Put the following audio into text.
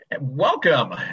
Welcome